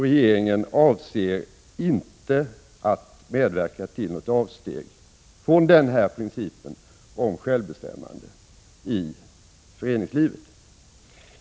Regeringen avser inte att medverka till något avsteg från denna princip om självbestämmande i föreningslivet.